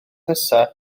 nesaf